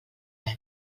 web